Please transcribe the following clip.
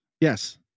yes